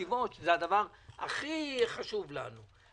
ישיבות הן הדבר הכי חשוב לנו,